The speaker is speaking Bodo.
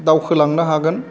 दावखोलांनो हागोन